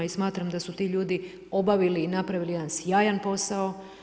I smatram da su ti ljudi obavili i napravili jedan sjajan posao.